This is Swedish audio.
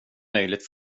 möjligt